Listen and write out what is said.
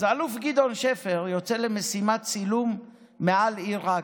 אז האלוף גדעון שפר יוצא למשימת צילום מעל עיראק,